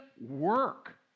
work